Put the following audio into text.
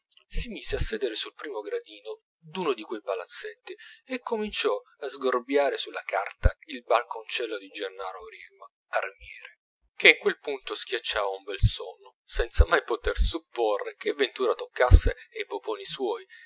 si mise a sedere sul primo gradino d'uno di quei palazzetti e cominciò a sgorbiare sulla carta il balconcello di gennaro auriemma armiere che in quel punto schiacciava un bel sonno senza mai poter supporre che ventura toccasse ai poponi suoi